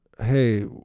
hey